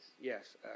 Yes